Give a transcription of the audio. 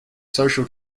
social